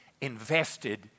invested